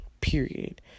period